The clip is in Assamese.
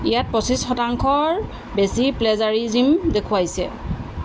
ইয়াত পচিশ শতাংশ ৰ বেছি প্লেজাৰিজিম দেখুৱাইছে